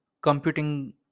computing